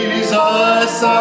Jesus